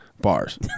bars